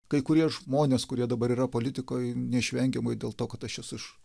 kai kurie žmonės kurie dabar yra politikoj neišvengiamai dėl to kad aš esu iš